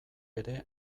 ere